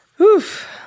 Oof